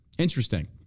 Interesting